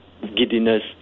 giddiness